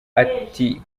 ati